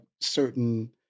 certain